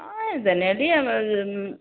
এই জেনেৰেলি